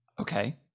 okay